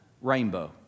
rainbow